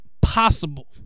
possible